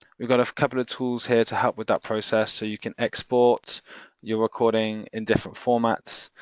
we've got a couple of tools here to help with that process so you can export your recording in different formats,